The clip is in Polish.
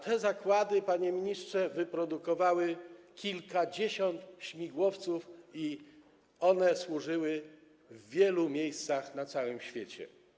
Te zakłady, panie ministrze, wyprodukowały kilkadziesiąt śmigłowców, które służyły w wielu miejscach na całym świecie.